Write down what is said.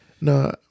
No